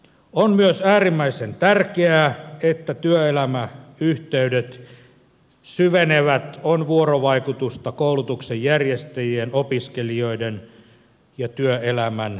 on myös äärimmäisen tärkeää että työelämäyhteydet syvenevät on vuorovaikutusta koulutuksen järjestäjien opiskelijoiden ja työelämän välillä